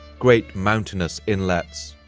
great mountainous inlets,